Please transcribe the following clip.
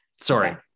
Sorry